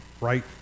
right